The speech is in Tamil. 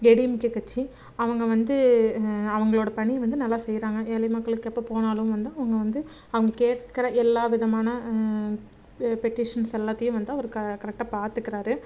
ஏடிஎம்கே கட்சி அவங்க வந்து அவர்களோட பணி வந்து நல்லா செய்கிறாங்க ஏழை மக்களுக்கு எப்போ போனாலும் வந்தால் அவங்க வந்து அவங்க கேட்கற எல்லா விதமான பெட்டிஷன்ஸ் எல்லாத்தையும் வந்து அவர் க கரெக்டாக பார்த்துக்கறாரு